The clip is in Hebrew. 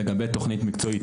לגבי תוכנית מקצועית